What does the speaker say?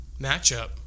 matchup